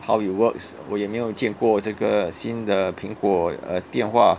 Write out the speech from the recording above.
how it works 我也没有见过这个新的苹果 uh 电话